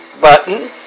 button